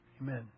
Amen